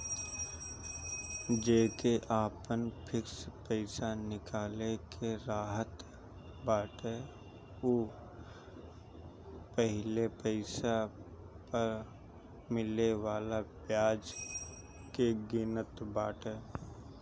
जेके आपन फिक्स पईसा निकाले के रहत बाटे उ पहिले पईसा पअ मिले वाला बियाज के गिनत बाटे